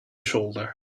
shoulder